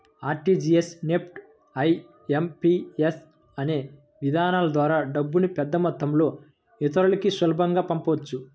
RTGS, NEFT, IMPS అనే విధానాల ద్వారా డబ్బుని పెద్దమొత్తంలో ఇతరులకి సులభంగా పంపించవచ్చు